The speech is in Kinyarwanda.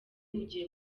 ugiye